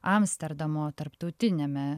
amsterdamo tarptautiniame